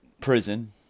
prison